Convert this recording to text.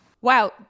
Wow